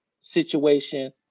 situation